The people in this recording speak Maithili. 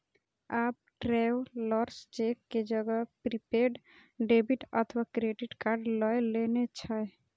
आब ट्रैवलर्स चेक के जगह प्रीपेड डेबिट अथवा क्रेडिट कार्ड लए लेने छै